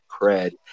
cred